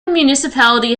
municipality